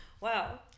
Wow